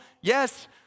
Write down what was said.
Yes